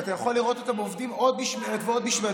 אתה יכול לראות אותם עובדים עוד משמרת ועוד משמרת.